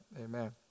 amen